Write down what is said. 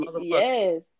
Yes